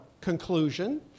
conclusion